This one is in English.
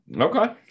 okay